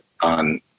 on